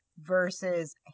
versus